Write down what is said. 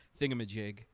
thingamajig